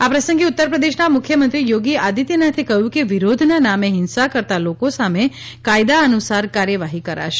આ પ્રસંગે ઉત્તરપ્રદેશના મુખ્યમંત્રી યોગી આદિત્યનાથે કહ્યું કે વિરોધના નામે હીંસા કરતા લોકો સામે કાયદા અનુસાર કાર્યવાહી કરાશે